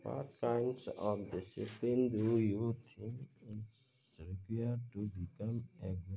what kinds of discipline do you think is require to become a good